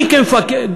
אני כמפקד,